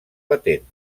patent